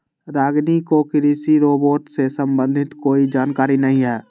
रागिनी को कृषि रोबोट से संबंधित कोई जानकारी नहीं है